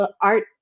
art